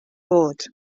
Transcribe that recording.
bod